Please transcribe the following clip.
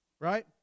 Right